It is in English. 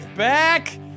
back